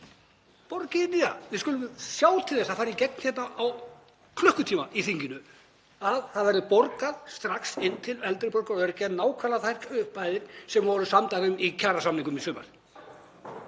Borgið þið nýja, við skulum við sjá til þess að það fari í gegn hér á klukkutíma í þinginu að það verði borgaðar strax inn til eldri borgara og öryrkja nákvæmlega þær upphæðir sem var samið um í kjarasamningum í sumar.